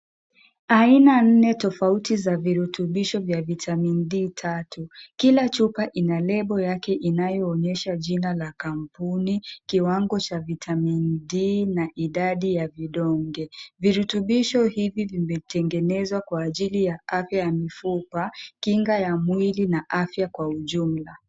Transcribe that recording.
Aina nne tofauti za virutubisho vya vitamini D3. Kila chupa ina nembo yake inayoonyesha jina la kampuni, kiwango cha vitamini D na idadi ya vidonge. Virutubisho hivi vimetengenezwa kwa ajili ya afya ya mifupa, kinga ya mwili na afya kwa ujumla.